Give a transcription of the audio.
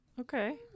Okay